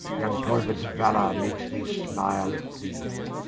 young talbots valour makes me smile at thee.